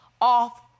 off